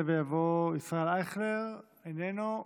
יעלה ויבוא ישראל אייכלר, איננו.